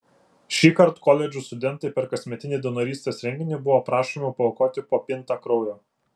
šįkart koledžų studentai per kasmetinį donorystės renginį buvo prašomi paaukoti po pintą kraujo